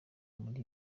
muri